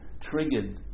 triggered